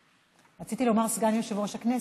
רציתי לומר סגן יושב-ראש הכנסת,